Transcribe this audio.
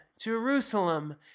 Jerusalem